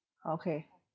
okay